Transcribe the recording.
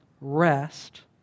rest